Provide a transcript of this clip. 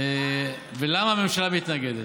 ולמה הממשלה מתנגדת?